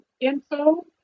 info